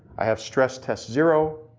i have stress test zero,